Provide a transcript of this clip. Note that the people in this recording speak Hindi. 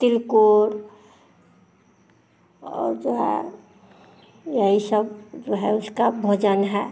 तिलकुर और जो है यही सब जो है उसका भोजन है